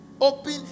open